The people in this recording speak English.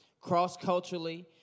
cross-culturally